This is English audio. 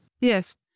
Yes